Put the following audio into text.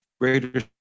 greater